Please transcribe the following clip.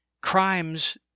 crimes